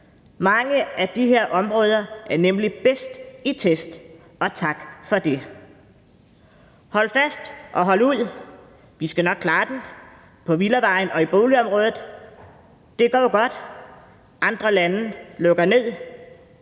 Mange af de her områder er nemlig bedst i test, og tak for det. Hold fast, og hold ud, vi skal nok klare den, både på villavejen og i boligområdet. Det går godt. Andre lande lukker ned.